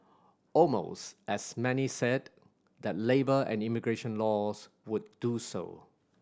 almost as many said that labour and immigration laws would do so